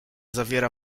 zawiera